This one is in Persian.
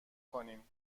کنیم